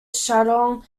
shandong